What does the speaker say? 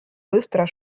быстро